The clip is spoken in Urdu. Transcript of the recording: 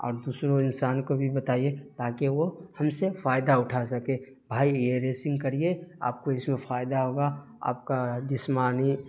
اور دوسرے انسان کو بھی بتائیے تاکہ وہ ہم سے فائدہ اٹھا سکے بھائی یہ ریسنگ کریے آپ کو اس میں فائدہ ہوگا آپ کا جسمانی